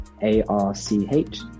A-R-C-H